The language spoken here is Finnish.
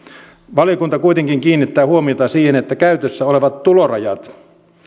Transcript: valiokunta kuitenkin kiinnittää huomiota siihen että käytössä olevat tulorajat